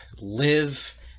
live